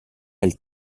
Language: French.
elle